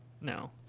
No